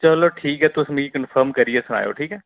चलो ठीक ऐ तुस मिगी कन्फर्म करियै सनाएओ ठीक ऐ